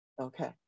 Okay